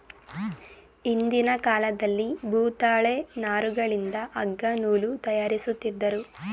ಹಿಂದಿನ ಕಾಲದಲ್ಲಿ ಭೂತಾಳೆ ನಾರುಗಳಿಂದ ಅಗ್ಗ ನೂಲು ತಯಾರಿಸುತ್ತಿದ್ದರು